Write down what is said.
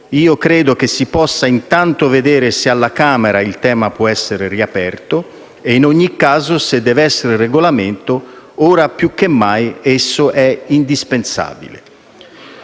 Io credo che si possa intanto vedere se alla Camera il tema possa essere riaperto e in ogni caso, se la soluzione è il regolamento, ora più che mai esso è indispensabile.